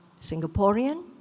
Singaporean